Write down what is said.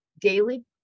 daily